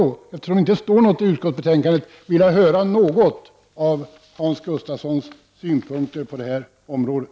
Eftersom det inte står något i betänkandet, skulle jag vilja höra något om Hans Gustafssons synpunkter när det gäller det här området.